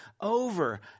over